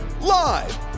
Live